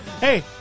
Hey